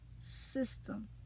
system